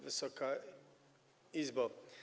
Wysoka Izbo!